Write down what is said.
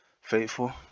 faithful